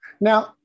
Now